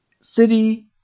City